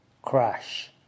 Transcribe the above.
Crash